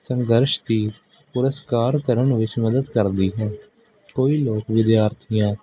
ਸੰਘਰਸ਼ ਦੀ ਪੁਰਸਕਾਰ ਕਰਨ ਵਿਚ ਮਦਦ ਕਰਦੀ ਹੈ ਕਈ ਲੋਕ ਵਿਦਿਆਰਥੀਆਂ